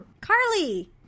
Carly